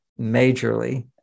majorly